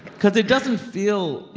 cause it doesn't feel you